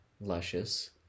luscious